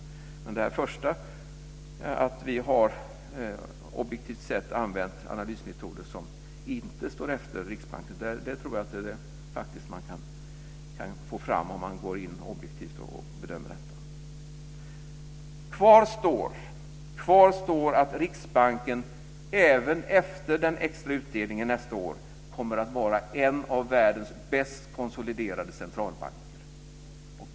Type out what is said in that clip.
Men det första, att vi objektivt sett har använt analysmetoder som inte står efter Riksbankens, tror jag att man faktiskt kan få fram om man objektivt bedömer det. Kvar står att Riksbanken även efter en extra utdelning nästa år kommer att vara en världens bäst konsoliderade centralbanker.